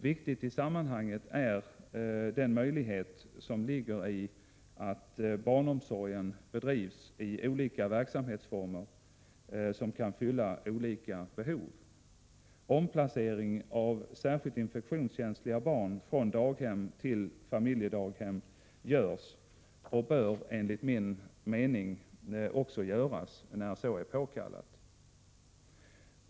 Viktig i sammanhanget är den möjlighet som ligger i att barnomsorgen bedrivs i olika verksamhetsformer, som kan fylla olika behov. Omplacering av särskilt infektionskänsliga barn från daghem till familjedaghem görs och bör enligt min mening också göras när så är påkallat.